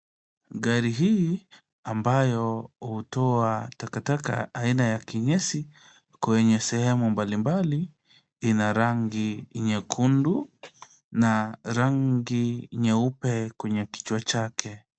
Gari hii ambayo hutoa takataka aina ya kinyesi kwenye sehemu mbali mbali ina rangi nyekundi na rangi nyeupe kwenye kichwa chake.